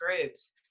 groups